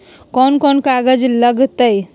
कौन कौन कागज लग तय?